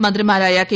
മന്ത്രിമാരായ കെ